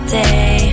day